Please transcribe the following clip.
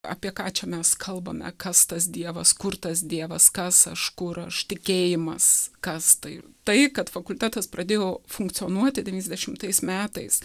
apie ką čia mes kalbame kas tas dievas kur tas dievas kas aš kur aš tikėjimas kas tai tai kad fakultetas pradėjo funkcionuoti devyniasdešimtais metais